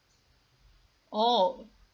oh